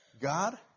God